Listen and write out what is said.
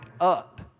up